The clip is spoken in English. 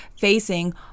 facing